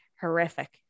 Horrific